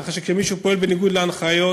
ככה שכשמישהו פועל בניגוד להנחיות,